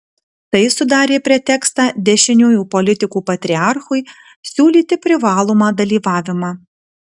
tai sudarė pretekstą dešiniųjų politikų patriarchui siūlyti privalomą dalyvavimą